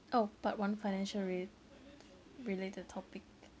oh part one financial rela~ related topic